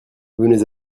venez